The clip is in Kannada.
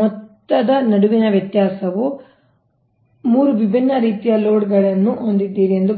ಮೊತ್ತದ ನಡುವಿನ ವ್ಯತ್ಯಾಸವು ನೀವು 3 ವಿಭಿನ್ನ ರೀತಿಯ ಲೋಡ್ ಗಳನ್ನು ಹೊಂದಿದ್ದೀರಿ ಎಂದು ಭಾವಿಸೋಣ